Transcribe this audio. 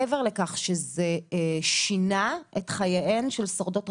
הם לא ייקחו עורך דין אז הם לא